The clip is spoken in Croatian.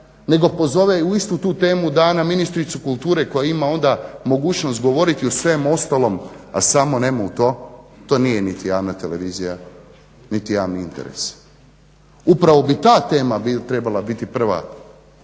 nego pozove u istu tu "Temu dana" ministricu kulture koja ima onda mogućnost govoriti o svemu ostalom, a samo ne o tome. To nije niti javna televizija niti javni interes. Upravo bi ta tema trebala biti prva